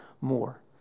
more